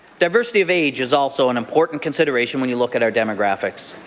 diversity of age is also an important consideration when you look at our demographics.